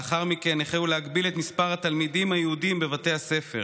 לאחר מכן החלו להגביל את מספר התלמידים היהודים בבתי הספר,